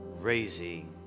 raising